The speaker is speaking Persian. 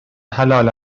حلال